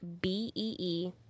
BEE